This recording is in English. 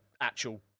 actual